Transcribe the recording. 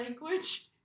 language